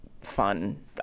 fun